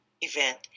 event